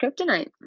kryptonite